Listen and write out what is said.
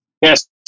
Yes